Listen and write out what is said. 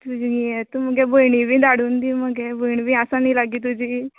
तुजी हे तुमगे भयणी बी धाडून दी मगे भयण बी आसा न्ही लागीं तुजी